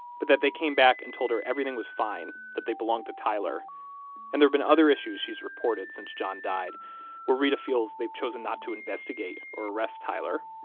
but that they came back and told her everything was fine, that they belong to tyler and there have been other issues she's reported since john died where reta feels they've chosen not to investigate or arrest tyler.